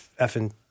effing